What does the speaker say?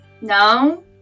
No